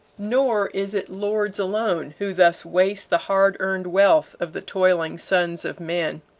nor is it lords alone who thus waste the hard earned wealth of the toiling sons of men.